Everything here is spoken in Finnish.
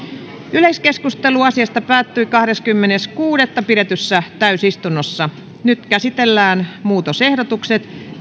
yleiskeskustelu asiasta päättyi kahdeskymmenes kuudetta kaksituhattakahdeksantoista pidetyssä täysistunnossa nyt käsitellään muutosehdotukset